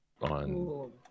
on